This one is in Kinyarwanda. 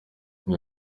uyu